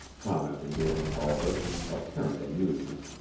commented galen albret in apparent amusement,